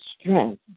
strength